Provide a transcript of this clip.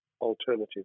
alternative